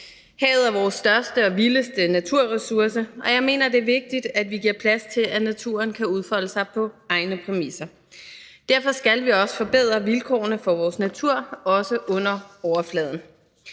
Havet er vores største og vildeste naturressource, og jeg mener, det er vigtigt, at vi giver plads til, at naturen kan udfolde sig på egne præmisser. Derfor skal vi også forbedre vilkårene for vores natur, også under overfladen,